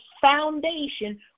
foundation